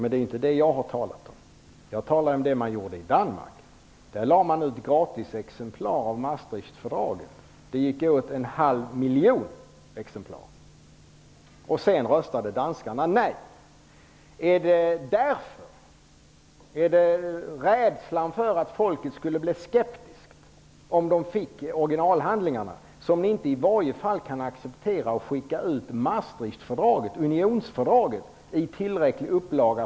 Det är inte det som jag har talat om. Jag talade om det som man gjorde i Danmark. Där lade man ut gratisexemplar av Maastrichtfördraget. Det gick åt en halv miljon exemplar. Sedan röstade danskarna nej. Är det rädslan för att folket skulle bli skeptiskt om de fick originalhandlingarna som ni inte kan acceptera att skicka ut Maastrichtfördraget, unionsfördraget, i en tillräckligt stor upplaga?